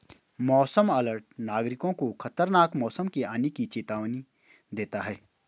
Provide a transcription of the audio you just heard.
मौसम अलर्ट नागरिकों को खतरनाक मौसम के आने की चेतावनी देना है